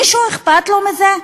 מישהו אכפת לו מזה?